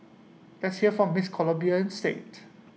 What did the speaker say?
let's hear from miss Colombia instead